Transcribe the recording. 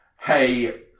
Hey